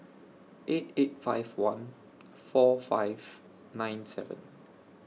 eight eight five one four five nine seven